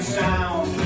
sound